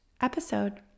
episode